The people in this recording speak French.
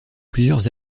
plusieurs